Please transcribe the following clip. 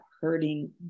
hurting